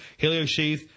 heliosheath